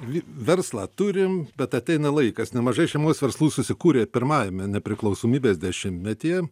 verslą turim bet ateina laikas nemažai šeimos verslų susikūrė pirmajame nepriklausomybės dešimtmetyje